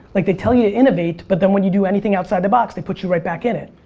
like they tell you to innovate, but then when you do anything outside the box, they put you right back in it.